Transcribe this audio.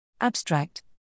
Abstract